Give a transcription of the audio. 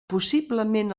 possiblement